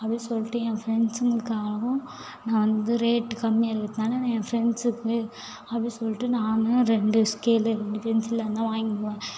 அப்டின்னு சொல்லிட்டு என் ஃப்ரெண்ட்ஸுங்களுக்காகவும் நான் வந்து ரேட் கம்மியாக இருக்கிறதுனால நான் என் ஃப்ரெண்ட்ஸுக்கு அப்டின்னு சொல்லிட்டு நான் ரெண்டு ஸ்கேலு ரெண்டு பென்சிலு எதுனா வாங்கிட்டு போவேன்